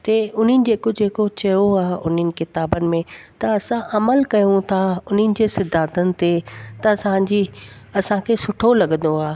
ते हुननि जेको जेको चयो आहे हुननि किताबनि में त असां अमल कयूं था हुननि जे सिधातन ते त असांजी असांखे सुठो लॻंदो आहे